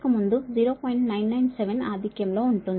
997 ఆధిక్యం లో ఉంటుంది